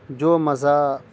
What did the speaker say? جو مزہ